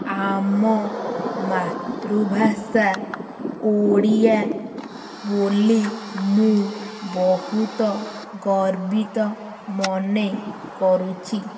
ଆମ ମାତୃଭାଷା ଓଡ଼ିଆ ବୋଲି ମୁଁ ବହୁତ ଗର୍ବିତ ମନେ କରୁଛି